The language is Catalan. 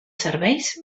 serveis